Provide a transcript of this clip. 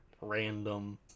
random